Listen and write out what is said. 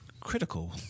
critical